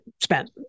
spent